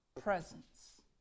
presence